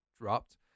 dropped